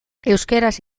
euskaraz